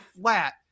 flat